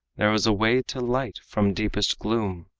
there is a way to light from deepest gloom.